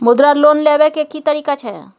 मुद्रा लोन लेबै के की तरीका छै?